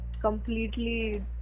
completely